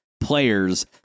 players